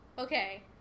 Okay